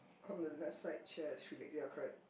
on the left side chair is three leg yea correct